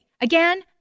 Again